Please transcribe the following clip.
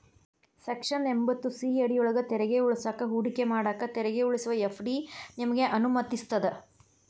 section ಎಂಭತ್ತು C ಅಡಿಯೊಳ್ಗ ತೆರಿಗೆ ಉಳಿಸಾಕ ಹೂಡಿಕೆ ಮಾಡಾಕ ತೆರಿಗೆ ಉಳಿಸುವ ಎಫ್.ಡಿ ನಿಮಗೆ ಅನುಮತಿಸ್ತದ